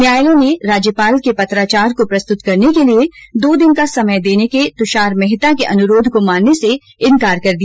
न्यायालय ने राज्यपाल के पत्राचार को प्रस्तुत करने के लिए दो दिन का समय देने के तुषार मेहता के अनुरोध को मानने से इंकार कर दिया